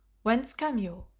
whence come you?